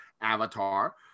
avatar